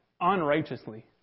unrighteously